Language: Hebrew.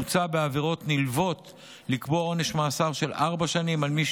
מוצע בעבירות נלוות לקבוע עונש מאסר של ארבע שנים על מי